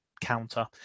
counter